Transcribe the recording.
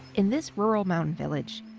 in this rural mountain village,